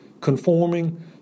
conforming